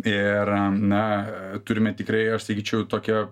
ir na turime tikrai aš sakyčiau tokią